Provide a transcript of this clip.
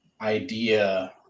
idea